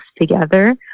together